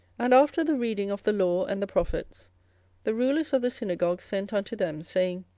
and after the reading of the law and the prophets the rulers of the synagogue sent unto them, saying,